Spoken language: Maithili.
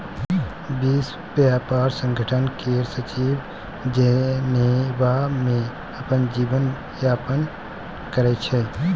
विश्व ब्यापार संगठन केर सचिव जेनेबा मे अपन जीबन यापन करै छै